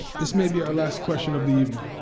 this may be our last question of the evening.